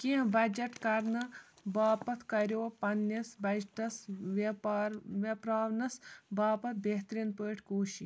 کینٛہہ بجٹ کرنہٕ باپتھ کَریو پنٛنِس بجٹس ویپار ویپراونَس باپت بہتریٖن پٲٹھۍ كوٗشی